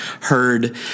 heard